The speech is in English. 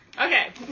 Okay